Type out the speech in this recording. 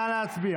נא להצביע.